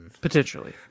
Potentially